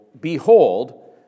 Behold